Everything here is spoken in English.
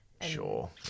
Sure